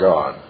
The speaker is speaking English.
God